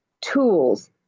tools